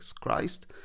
Christ